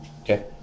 Okay